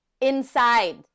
inside